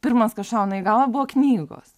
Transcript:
pirmas kas šauna į galvą buvo knygos